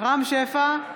רם שפע,